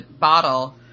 bottle